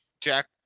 jack